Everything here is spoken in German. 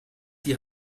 die